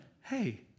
hey